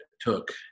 took